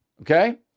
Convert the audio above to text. okay